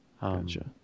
Gotcha